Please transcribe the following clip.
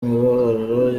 imibabaro